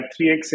3x